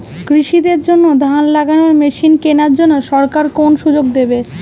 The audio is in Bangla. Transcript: কৃষি দের জন্য ধান লাগানোর মেশিন কেনার জন্য সরকার কোন সুযোগ দেবে?